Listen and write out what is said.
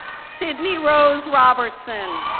sydney rose robertson,